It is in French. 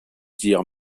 dire